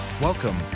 Welcome